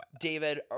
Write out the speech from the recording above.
David